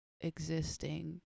existing